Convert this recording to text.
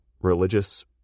religious